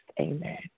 amen